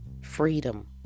Freedom